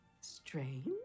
strange